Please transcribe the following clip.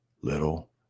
little